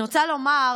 אני רוצה לומר,